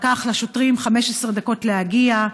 לקח לשוטרים 15 דקות להגיע.